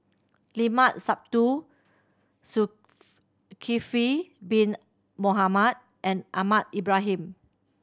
Llimat Sabtu Zul kifli Bin Mohamed and Ahmad Ibrahim